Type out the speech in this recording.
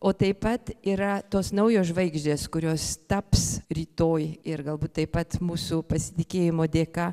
o taip pat yra tos naujos žvaigždės kurios taps rytoj ir galbūt taip pat mūsų pasitikėjimo dėka